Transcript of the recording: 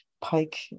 Pike